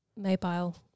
mobile